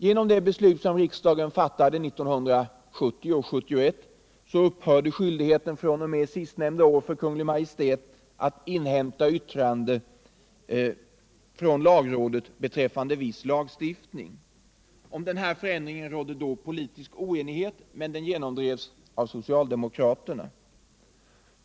Genom de beslut som riksdagen fattade 1970 och 1971 upphörde fr.o.m. sistnämnda år skyldigheten för Kungl. Maj:t att inhämta yttrande av lagrådet beträffande viss lagstiftning. Om denna förändring rådde politisk oenighet, men den genomdrevs av socialdemokraterna.